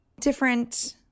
different